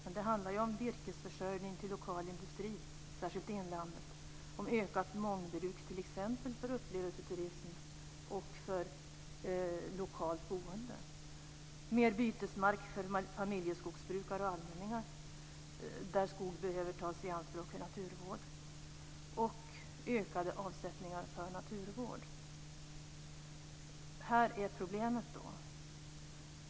Men det handlar om virkesförsörjning till lokal industri, särskilt i inlandet, och om ökat mångbruk, t.ex. för upplevelseturism och för lokalt boende. Det handlar om mer bytesmark för familjeskogsbrukare och allmänningar där skog behöver tas i anspråk för naturvård samt ökade avsättningar för naturvård. Här är problemet.